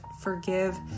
forgive